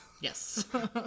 Yes